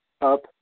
up